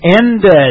ended